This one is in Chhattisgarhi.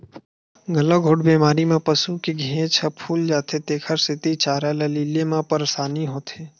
गलाघोंट बेमारी म पसू के घेंच ह फूल जाथे तेखर सेती चारा ल लीले म परसानी होथे